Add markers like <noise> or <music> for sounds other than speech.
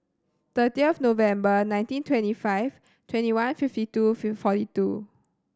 thirty of November nineteen twenty five twenty one fifty two <unintelligible> forty two